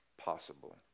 possible